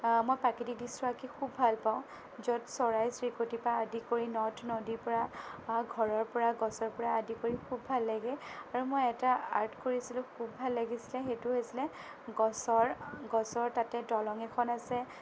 মই প্ৰাকৃতিক দৃশ্য আঁকি খুব ভালপাওঁ য'ত চৰাই চিৰিকটিৰ পৰা আদি কৰি নদ নদীৰ পৰা ঘৰৰ পৰা গছৰ পৰা আদি কৰি খুব ভাল লাগে আৰু মই এটা আৰ্ট কৰিছিলোঁ খুব ভাল লাগিছিলে সেইটো হৈছিলে গছৰ গছৰ তাতে দলং এখন আছে